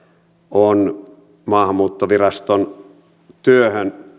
on maahanmuuttoviraston työhön